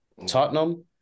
Tottenham